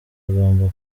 agomba